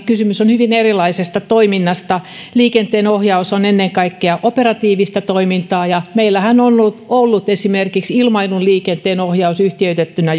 kysymys on hyvin erilaisesta toiminnasta liikenteenohjaus on ennen kaikkea operatiivista toimintaa ja meillähän on ollut esimerkiksi ilmailun liikenteenohjaus yhtiöitettynä